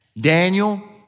Daniel